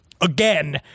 again